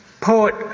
Poet